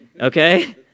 Okay